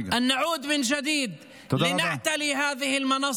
לרשלנות של חלק